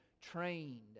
trained